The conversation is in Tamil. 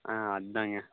ஆ அதுதாங்க